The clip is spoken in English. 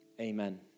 Amen